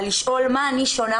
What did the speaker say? ולשאול מה אני שונה